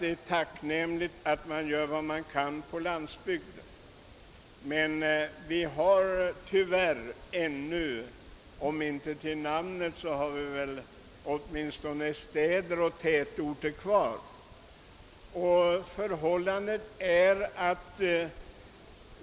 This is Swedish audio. Det är tacknämligt att man gör vad man kan på landsbygden, men det finns ju även städer och tätorter.